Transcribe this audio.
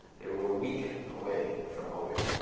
they were a week away from hobyo.